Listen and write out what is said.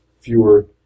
fewer